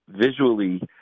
visually